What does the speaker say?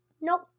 Nope